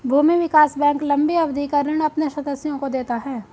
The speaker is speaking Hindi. भूमि विकास बैंक लम्बी अवधि का ऋण अपने सदस्यों को देता है